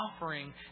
offering